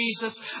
Jesus